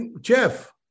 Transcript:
jeff